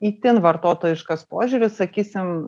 itin vartotojiškas požiūris sakysim